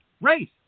Race